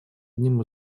одним